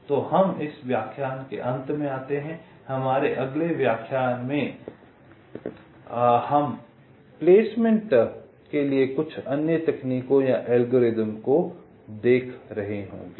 तो हम इस व्याख्यान के अंत में आते हैं हमारे अगले व्याख्यान में हमारे अगले व्याख्यान में हम प्लेसमेंट के लिए कुछ अन्य तकनीकों या एल्गोरिदम को देख रहे होंगे